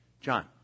John